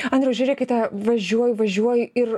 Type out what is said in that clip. andriau žiūrėkite važiuoju važiuoji ir